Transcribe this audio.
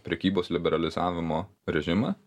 prekybos liberalizavimo režimą